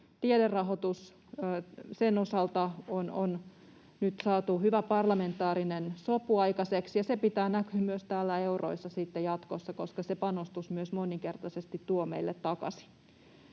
Tiederahoituksen osalta on nyt saatu hyvä parlamentaarinen sopu aikaiseksi, ja sen pitää näkyä myös täällä euroissa sitten jatkossa, koska se panostus myös moninkertaisesti tuo meille takaisin.